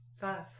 Five